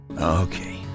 Okay